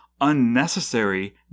unnecessary